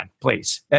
please